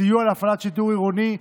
סיוע להפעלת שיטור עירוני,